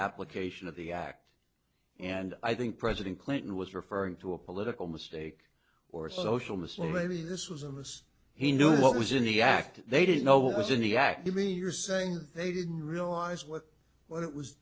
application of the act and i think president clinton was referring to a political mistake or social miscellany this was a mess he knew what was in the act they didn't know was in the act you mean you're saying they didn't realize what what it was